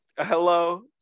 Hello